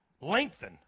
lengthen